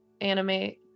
animate